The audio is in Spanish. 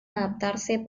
adaptarse